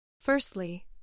Firstly